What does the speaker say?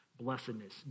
Blessedness